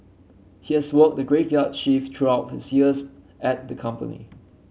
he has worked the graveyard shift throughout his years at the company